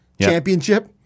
championship